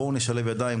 בואו נשלב ידיים,